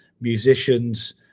musicians